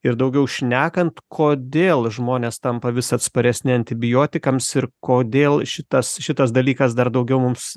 ir daugiau šnekant kodėl žmonės tampa vis atsparesni antibiotikams ir kodėl šitas šitas dalykas dar daugiau mums